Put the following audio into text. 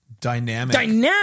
dynamic